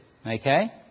okay